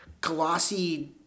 glossy